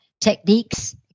techniques